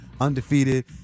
undefeated